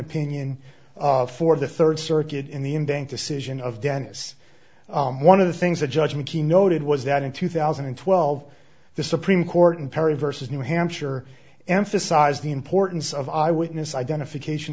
opinion for the third circuit in the in bank decision of denis one of the things that judgment he noted was that in two thousand and twelve the supreme court in perry versus new hampshire emphasized the importance of eyewitness identification